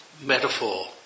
metaphor